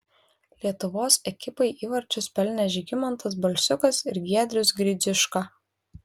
lietuvos ekipai įvarčius pelnė žygimantas balsiukas ir giedrius gridziuška